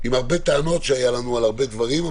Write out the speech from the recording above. עם הרבה טענות שהיו לנו על הרבה דברים,